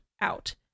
out